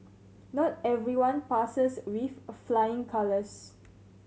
not everyone passes with flying colours